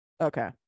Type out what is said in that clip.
Okay